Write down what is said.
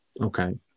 Okay